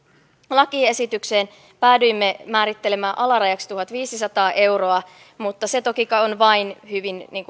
lakiesitykseen päädyimme määrittelemään alarajaksi tuhatviisisataa euroa mutta se toki on vain hyvin